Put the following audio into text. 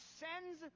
sends